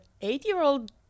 eight-year-old